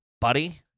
Buddy